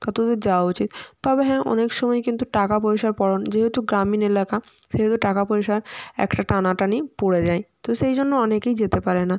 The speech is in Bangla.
তত দূর যাওয়া উচিত তবে হ্যাঁ অনেক সময় কিন্তু টাকা পয়সার পরন যেহেতু গ্রামীণ এলাকা সেহেতু টাকা পয়সার একটা টানাটানি পড়ে যায় তো সেই জন্য অনেকেই যেতে পারে না